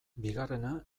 bigarrena